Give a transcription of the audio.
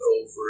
over